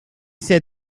said